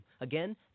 Again